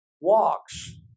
walks